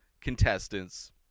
contestants